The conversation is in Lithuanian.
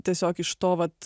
tiesiog iš to vat